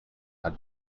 are